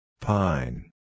Pine